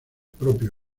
propio